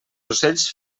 ocells